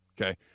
okay